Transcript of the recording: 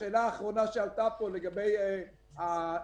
השאלה האחרונה שעלתה פה לגבי האוכלוסייה